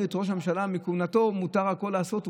את ראש הממשלה מכהונתו מותר הכול לעשות,